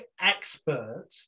expert